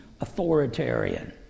authoritarian